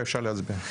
אפשר להצביע.